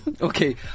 Okay